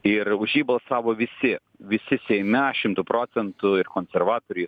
ir už jį balsavo visi visi seime šimtu procentų ir konservatoriai